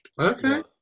Okay